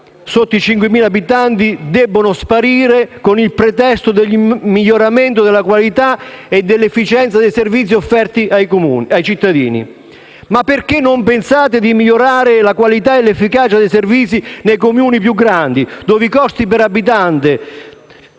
sotto i 5.000 abitanti devono sparire con il pretesto del miglioramento della qualità e dell'efficienza dei servizi offerti ai cittadini. Ma perché non pensate a migliorare la qualità e l'efficacia dei servizi nei Comuni più grandi, dove il loro costo per abitante